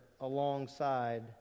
alongside